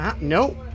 nope